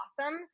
awesome